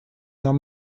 нам